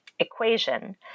equation